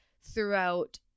throughout